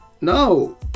no